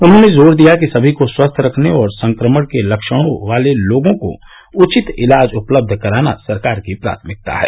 उन्होंने जोर दिया कि सभी को स्वस्थ रखने और संक्रमण के लक्षणों वाले लोगों को उचित इलाज उपलब्ध कराना सरकार की प्राथमिकता है